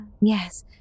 Yes